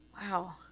Wow